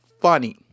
funny